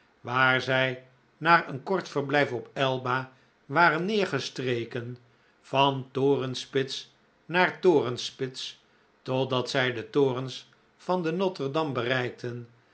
waar zij na een kort verblijf op elba waren neergestreken oadooa o van torenspits naar torenspits totdat zij de torens van de notre dame bereikten